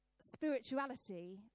spirituality